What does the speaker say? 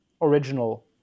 original